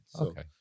Okay